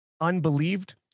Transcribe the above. unbelieved